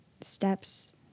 steps